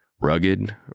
rugged